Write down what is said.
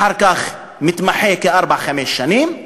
אחר כך מתמחה כארבע-חמש שנים.